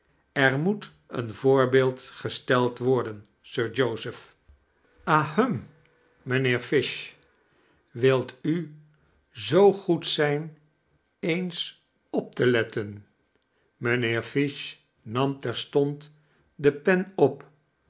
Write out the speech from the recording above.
er moet een voorbeeld gesfceld worden sir joseph ahem mijnheer fish wilt u zoo goed zijn eens op te letten mijnheer fish nam terstond de pen op